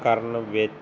ਕਰਨ ਵਿੱਚ